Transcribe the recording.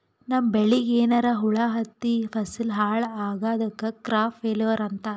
ನಮ್ಮ್ ಬೆಳಿಗ್ ಏನ್ರಾ ಹುಳಾ ಹತ್ತಿ ಫಸಲ್ ಹಾಳ್ ಆಗಾದಕ್ ಕ್ರಾಪ್ ಫೇಲ್ಯೂರ್ ಅಂತಾರ್